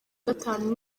gatanu